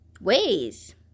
ways